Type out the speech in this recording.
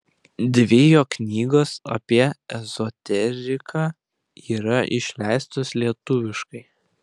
dvi jo knygos apie ezoteriką yra išleistos lietuviškai